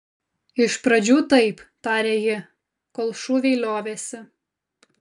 iš pradžių taip tarė ji kol šūviai liovėsi